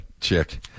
Chick